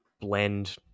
blend